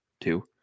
two